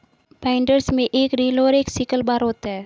binders में एक reel और एक सिकल बार होता है